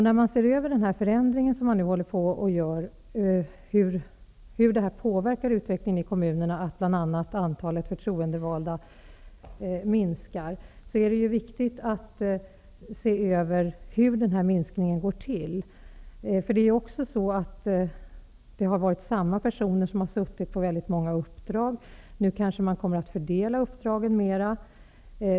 När man nu ser över hur det påverkar kommunerna att antalet förtroendevalda minskar, är det viktigt att ta reda på hur denna minskning går till. Det har varit samma personer som har innehaft väldigt många uppdrag. Nu kommer kanske uppdragen att fördelas mera.